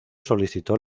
solicitó